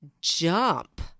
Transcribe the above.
jump